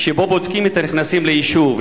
שבו בודקים את הנכנסים ליישוב.